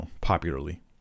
popularly